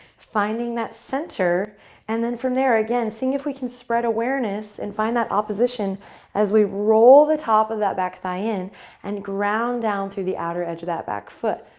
finding that center and then from there, again, see if we can spread awareness and find that opposition as we've rolled the top of that back thigh in and ground down through the outer edge of that back foot.